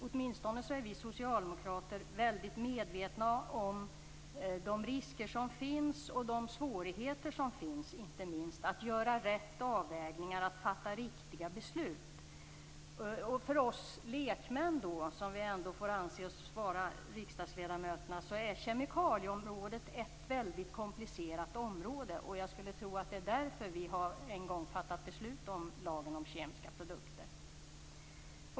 Åtminstone är vi socialdemokrater väldigt medvetna om de risker och de svårigheter som finns, inte minst att göra rätt avvägningar och fatta riktiga beslut. För oss lekmän, som vi riksdagsledamöter ändå får anse oss vara, är kemikalieområdet ett väldigt komplicerat område. Jag skulle tro att det är därför som vi en gång fattade beslutet om lagen om kemiska produkter.